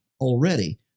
already